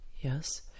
Yes